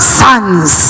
sons